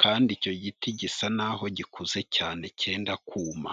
kandi icyo giti gisa naho gikuze cyane cyenda kuma.